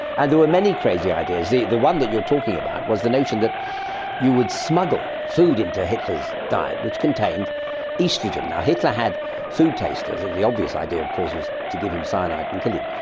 and there were many crazy ideas. the the one that you're talking about was the notion that you would smuggle food into hitler's diet which contained oestrogen. hitler had food tasters. the obvious idea of course was to give him cyanide and kill him,